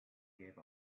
gave